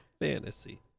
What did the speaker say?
fantasy